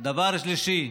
דבר שלישי,